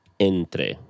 Entre